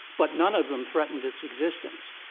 but none of them threatened its existence.